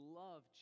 love